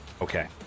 Okay